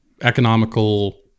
economical